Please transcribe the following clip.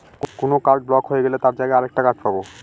কোন card block হয়ে গেলে তার জায়গায় আর একটা কার্ড পাবো